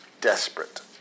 desperate